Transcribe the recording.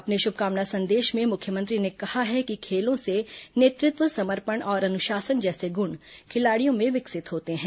अपने शुभकामना संदेश में मुख्यमंत्री ने कहा है कि खेलों से नेतृत्व समर्पण और अनुशासन जैसे गुण खिलाड़ियों में विकसित होते हैं